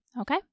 Okay